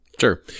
Sure